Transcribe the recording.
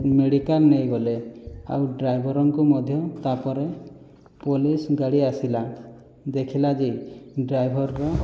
medical ନେଇଗଲେ ଆଉ ଡ୍ରାଇଭରଙ୍କୁ ମଧ୍ୟ ତା'ପରେ ପୋଲିସ ଗାଡ଼ି ଆସିଲା ଦେଖିଲା ଯେ ଡ୍ରାଇଭରର